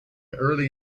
early